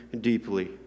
deeply